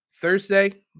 Thursday